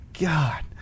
God